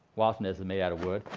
wasp nests are made out of wood.